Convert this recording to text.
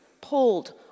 pulled